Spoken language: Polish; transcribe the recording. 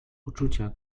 uczucia